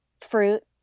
fruit